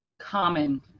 common